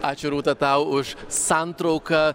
ačiū rūta tau už santrauką